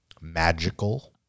magical